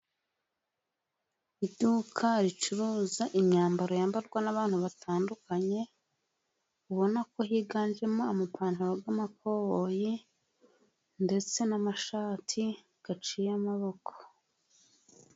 Iduka ricuruza imyambaro yambarwa n'abantu batandukanye, ubona ko higanjemo amapantaro y'amakoboyi, ndetse n'amashati aciye amaboko.